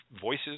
voices